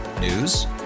News